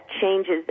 changes